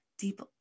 deep